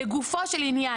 לגופו של עניין,